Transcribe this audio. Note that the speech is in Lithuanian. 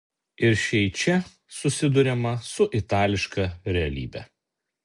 ir šiai čia susiduriama su itališka realybe